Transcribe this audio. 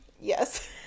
yes